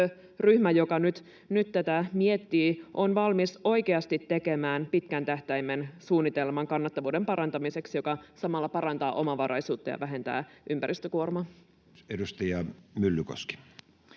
työryhmä, joka nyt tätä miettii, on valmis oikeasti tekemään kannattavuuden parantamiseksi pitkän tähtäimen suunnitelman, joka samalla parantaa omavaraisuutta ja vähentää ympäristökuormaa. Edustaja Myllykoski.